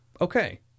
okay